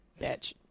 bitch